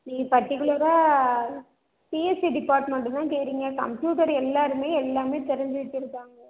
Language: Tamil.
நீங்கள் பர்டிகுலராக சிஎஸ்சி டிபார்ட்மெண்ட்டு தான் கேட்குறீங்க கம்ப்யூட்டர் எல்லாருமே எல்லாமே தெரிஞ்சி வச்சி இருப்பாங்க